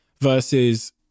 versus